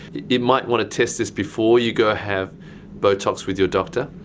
you might want to test this before you go have botox with your doctor.